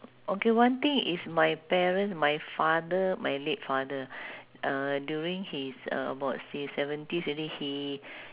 okay one thing is my parent my father my late father uh during his uh about he's seventies already he